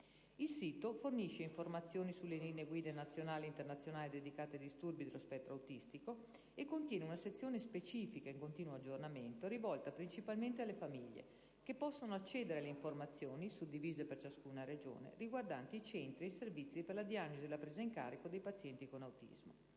Il sito fornisce informazioni sulle linee guida nazionali e internazionali dedicate ai disturbi dello spettro autistico e contiene una sezione specifica, in continuo aggiornamento, rivolta principalmente alle famiglie, che possono accedere alle informazioni, suddivise per ciascuna Regione, riguardanti i centri e i servizi per la diagnosi e la presa in carico dei pazienti con autismo.